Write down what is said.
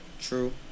True